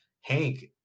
Hank